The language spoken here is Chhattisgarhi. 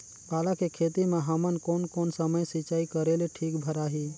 पाला के खेती मां हमन कोन कोन समय सिंचाई करेले ठीक भराही?